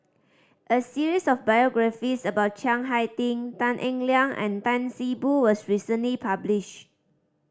a series of biographies about Chiang Hai Ding Tan Eng Liang and Tan See Boo was recently published